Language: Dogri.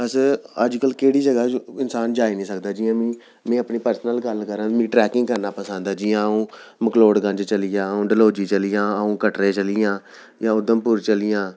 अस अज्जकल केह्ड़ी जगह् इंसान जाई निं सकदा ऐ जि'यां में में अपनी पर्सनल गल्ल करां मिगी ट्रैकिंग करना पसंद ऐ जि'यां अ'ऊं मैक्लोडगंज चली जां अ'ऊं डल्हौजी चली जां अ'ऊं कटरै चली जां जां उधमपुर चली जां